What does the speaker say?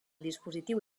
dispositiu